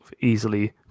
easily